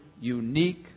unique